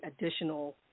additional